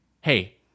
Hey